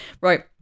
Right